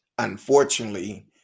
Unfortunately